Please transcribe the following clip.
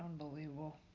Unbelievable